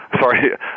sorry